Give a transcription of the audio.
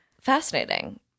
Fascinating